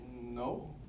No